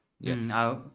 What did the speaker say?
yes